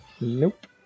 Nope